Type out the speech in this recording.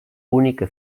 única